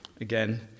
Again